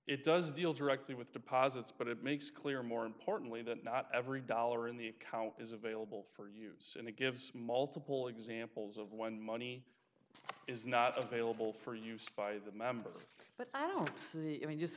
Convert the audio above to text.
it does deal directly with deposits but it makes clear more importantly that not every dollar in the account is available for use and it gives multiple examples of when money is not available for use by the members but i don't see i mean just